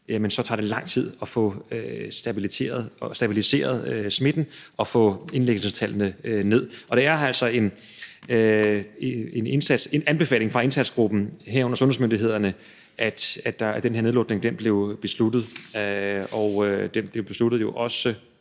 så tager det lang tid at få stabiliseret smitten og få indlæggelsestallene ned. Det var altså en anbefaling fra indsatsgruppen, herunder sundhedsmyndighederne, der gjorde, at den her nedlukning blev besluttet. Det blev besluttet at sende